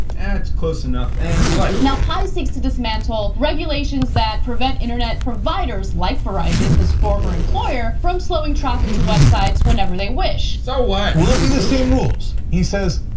that's close enough. and play now, pai seeks to dismantle regulations that prevent internet providers, like verizon, his former employer, from slowing traffic to websites whenever they wish. so what? will it be the same rules? he says,